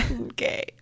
Okay